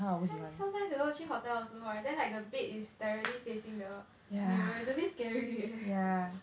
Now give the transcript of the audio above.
some~ sometimes you know 去 hotel 的时候 right then like the bed is directly facing the mirror it's a bit scary eh